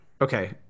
Okay